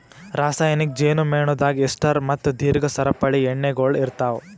ರಾಸಾಯನಿಕ್ ಜೇನು ಮೇಣದಾಗ್ ಎಸ್ಟರ್ ಮತ್ತ ದೀರ್ಘ ಸರಪಳಿ ಎಣ್ಣೆಗೊಳ್ ಇರ್ತಾವ್